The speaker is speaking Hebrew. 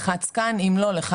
לחץ כאן ואם לא היו שינויים,